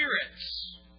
spirits